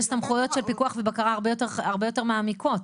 יש סמכויות של פיקוח ובקרה הרבה יותר מעמיקות.